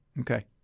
Okay